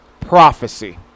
prophecy